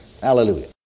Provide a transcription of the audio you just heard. Hallelujah